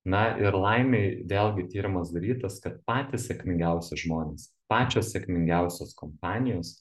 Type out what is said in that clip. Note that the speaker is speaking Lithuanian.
na ir laimei vėlgi tyrimas darytas kad patys sėkmingiausi žmonės pačios sėkmingiausios kompanijos